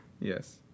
Yes